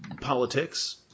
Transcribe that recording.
politics